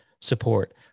support